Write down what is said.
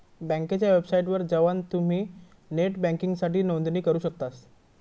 बँकेच्या वेबसाइटवर जवान तुम्ही नेट बँकिंगसाठी नोंदणी करू शकतास